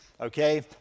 okay